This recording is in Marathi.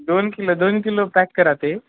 दोन किलो दोन किलो पॅक करा ते